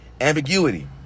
Ambiguity